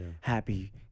happy